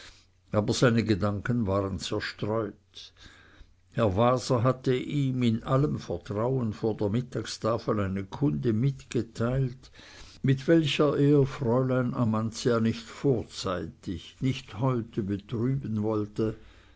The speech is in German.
aber seine gedanken waren zerstreut herr waser hatte ihm in allem vertrauen vor der mittagstafel eine kunde mitgeteilt mit welcher er fräulein amantia nicht vorzeitig nicht heute betrüben wollte